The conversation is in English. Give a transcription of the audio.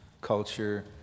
culture